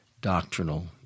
doctrinal